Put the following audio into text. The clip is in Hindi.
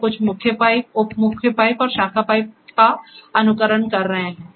तो कुछ मुख्य पाइप उप मुख्य पाइप और शाखा पाइप का अनुकरण कर रहे हैं